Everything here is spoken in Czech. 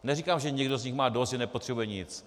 Neříkám, že někdo z nich má dost, že nepotřebuje nic.